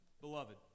beloved